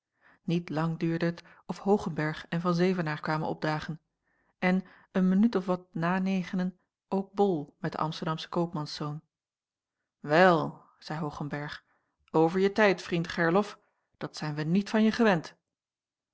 niet lang duurde het of hoogenberg en van zevenaer kwamen opdagen en een minuut of wat na negenen ook bol met den amsterdamschen koopmanszoon wel zeî hoogenberg over je tijd vriend gerlof dat zijn we niet van je gewend